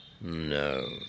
no